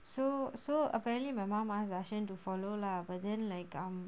so so apparently my mum ask rashan to follow lah but then like um